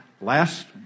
last